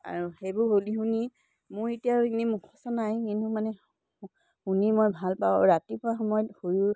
আৰু সেইবোৰ শুনি শুনি মোৰ এতিয়া আৰু এনেই মুখষ্ঠ নাই কিন্তু মানে শুনি মই ভাল পাওঁ ৰাতিপুৱা সময়ত শুই